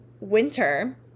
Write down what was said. winter